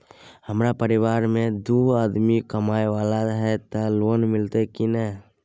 हमरा परिवार में दू आदमी कमाए वाला हे ते लोन मिलते की ने?